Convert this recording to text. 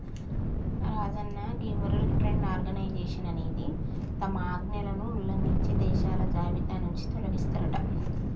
రాజన్న గీ world trade organisation అనేది తమ ఆజ్ఞలను ఉల్లంఘించే దేశాల జాబితా నుంచి తొలగిస్తారట